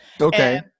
okay